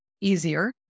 easier